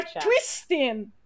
twisting